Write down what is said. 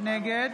נגד